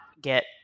get